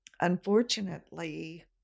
unfortunately